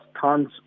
tons